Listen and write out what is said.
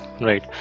right